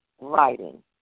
writing